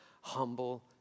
humble